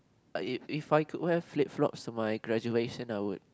if if I could wear flipflops for my graduation I would